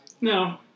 No